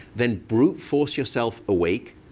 then brute force yourself awake.